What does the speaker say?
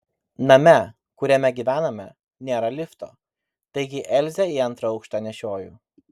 name kuriame gyvename nėra lifto taigi elzę į antrą aukštą nešioju